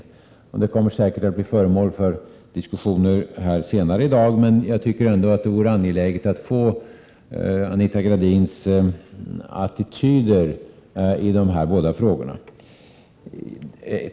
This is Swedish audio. Dessa frågor kommer säkerligen att bli föremål för diskussioner senare i dag, men jag tycker ändå att det är angeläget att få veta Anita Gradins attityder i dessa båda frågor.